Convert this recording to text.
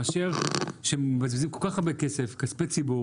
מאשר לבזבז כל הרבה כסף כספי ציבור